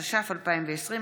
התש"ף 2020,